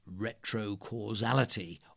retrocausality